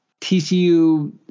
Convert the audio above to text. TCU